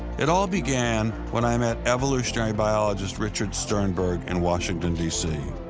it all began when i met evolutionary biologist richard sternberg in washington, d c.